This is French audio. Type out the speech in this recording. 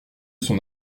son